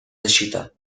защита